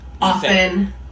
often